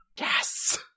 Yes